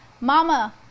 Mama